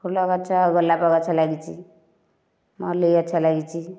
ଫୁଲ ଗଛ ଗୋଲାପ ଗଛ ଲାଗିଛି ମଲ୍ଲି ଗଛ ଲାଗିଛି